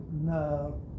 no